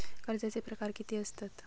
कर्जाचे प्रकार कीती असतत?